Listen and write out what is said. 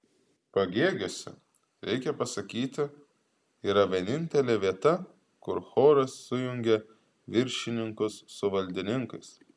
pagėgiuose reikia pasakyti yra vienintelė vieta kur choras sujungia viršininkus su valdininkais